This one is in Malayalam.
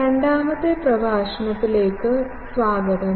രണ്ടാമത്തെ പ്രഭാഷണത്തിലേക്ക് സ്വാഗതം